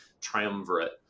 triumvirate